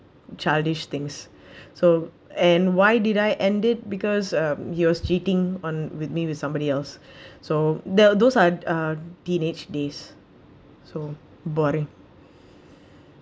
childish things so and why did I ended because um he was cheating on with me with somebody else so the those uh uh teenage days so boring